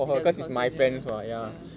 ya doesn't concern her ya ya